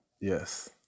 Yes